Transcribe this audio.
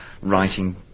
writing